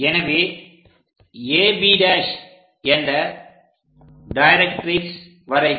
எனவே AB' என்ற directrix வரைக